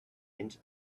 into